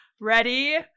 ready